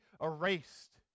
erased